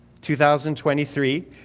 2023